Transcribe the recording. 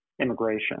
immigration